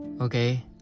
Okay